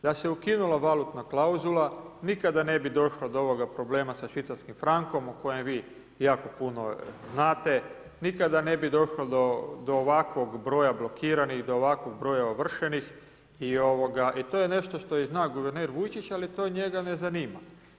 Da se ukinula valutna klauzula nikada ne bi došlo do ovoga problema sa švicarskim frankom o kojem vi jako puno znate, nikada ne bi došlo do ovakvog broja blokiranih, do ovakvog broja ovršenih i to je nešto što zna i guverner Vučić, ali to njega ne zanima.